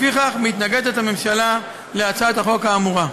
לפיכך, הממשלה מתנגדת להצעת החוק האמורה.